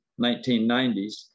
1990s